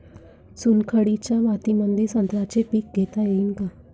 चुनखडीच्या मातीमंदी संत्र्याचे पीक घेता येईन का?